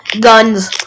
Guns